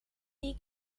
dir